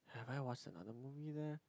have I watched another movie there